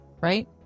right